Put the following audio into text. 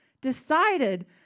decided